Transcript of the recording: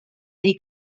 dei